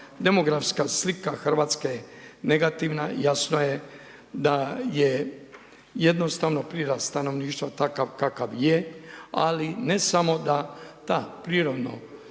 Demografska slika Hrvatske je negativna. Jasno je da je jednostavno prirast stanovništva takav kakav je, ali ne samo da ta prirodno